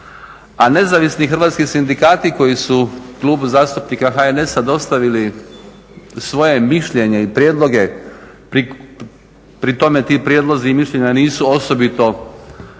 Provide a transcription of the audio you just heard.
a nezavisni hrvatski sindikati koji su Klubu zastupnika HNS-a dostavili svoje mišljenje i prijedloge, pri tome ti prijedlozi i mišljenja nisu osobito